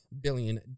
billion